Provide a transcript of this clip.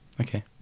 okay